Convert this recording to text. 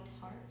Heart